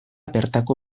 bertako